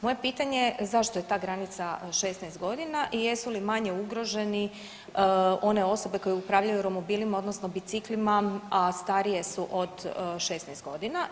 Moje pitanje je zašto je ta granica 16 godina i jesu li manje ugroženi one osobe koje upravljaju romobilima odnosno biciklima, a starije su od 16 godina.